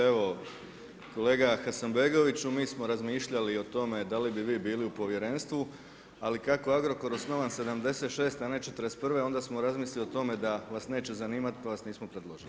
Evo kolega Hasanbegoviću, mi smo razmišljali i o tome da li bi vi bili u Povjerenstvu, ali kako je Agrokor osnovan '76., a ne '41., onda smo razmislili o tome da vas neće zanimati pa vas nismo predložili.